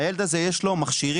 הילד הזה, יש לו מכשירים.